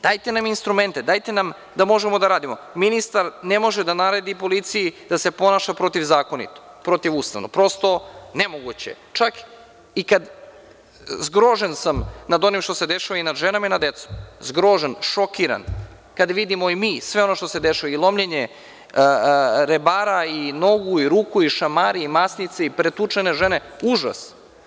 Dajte nam instrumente, dajte nam da možemo da radimo, ministar ne može da naredi policiji da se ponaša protivzakonito, protivustavno, prosto je to nemoguće, čak i kada, zgrožen sam nad onim što se dešava nad ženama i decom, zgrožen i šokiran, kada vidimo i mi sve ono što se dešava, lomljenje rebara, nogu i ruku, šamari i masnice i pretučene žene, užas.